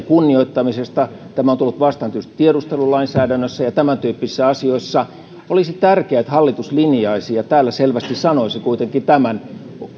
kunnioittamisesta tämä on tullut vastaan tietysti tiedustelulainsäädännössä ja tämäntyyppisissä asioissa olisi tärkeää että hallitus linjaisi ja täällä selvästi sanoisi kuitenkin tämän